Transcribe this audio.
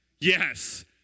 yes